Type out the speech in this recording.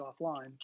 offline